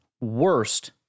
worst